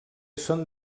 són